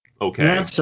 Okay